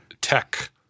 tech